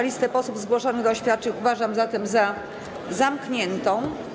Listę posłów zgłoszonych do oświadczeń uważam zatem za zamkniętą.